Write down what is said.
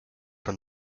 from